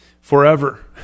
forever